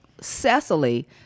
Cecily